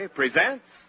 presents